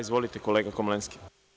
Izvolite, kolega Komlenski.